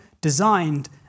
designed